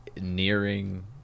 nearing